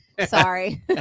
Sorry